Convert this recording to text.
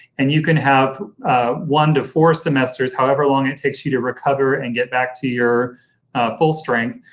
and you can have one to four semesters, however long it takes you to recover and get back to your full strength,